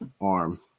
arm